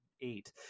eight